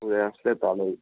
ঘুরে আসলে তাহলেই